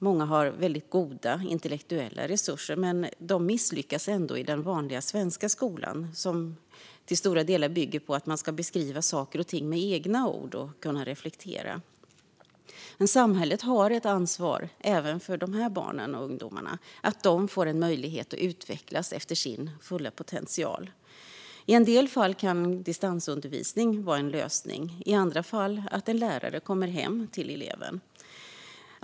Många har väldigt goda intellektuella resurser men misslyckas ändå i den vanliga svenska skolan, som till stora delar bygger på att man ska beskriva saker och ting med egna ord och kunna reflektera. Samhället har ett ansvar även för dessa barn och ungdomar och för att de får en möjlighet att utvecklas till sin fulla potential. I en del fall kan distansundervisning vara en lösning; i andra fall kan det handla om att en lärare kommer hem till eleven.